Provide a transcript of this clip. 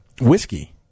whiskey